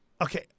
okay